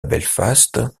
belfast